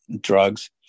drugs